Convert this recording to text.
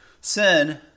Sin